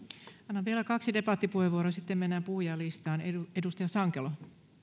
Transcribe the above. annan vielä kaksi debattipuheenvuoroa ja sitten mennään puhujalistaan edustaja sankelo